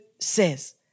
says